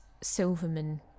Silverman